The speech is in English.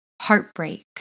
heartbreak